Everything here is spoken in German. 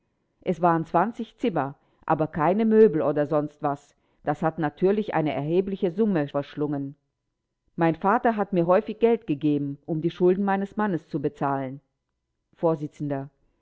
es waren zimmer aber keine möbel oder sonst was das hat natürlich eine erhebliche summe verschlungen mein vater hat mir häufig geld gegeben um die schulden meines mannes zu bezahlen